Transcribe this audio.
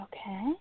Okay